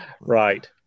Right